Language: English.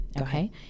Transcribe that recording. Okay